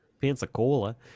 Pensacola